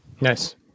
Nice